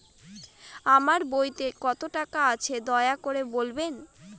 আমার বইতে কত টাকা আছে দয়া করে বলবেন?